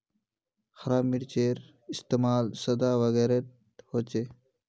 हरा मिर्चै इस्तेमाल सलाद वगैरहत होचे